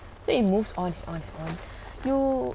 then you move on on on you